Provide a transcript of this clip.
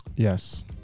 Yes